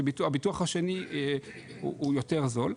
כשהביטוח השני הוא יותר זול.